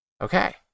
okay